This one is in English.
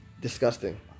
disgusting